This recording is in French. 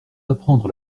apprendre